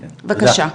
תודה,